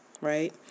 right